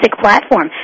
platform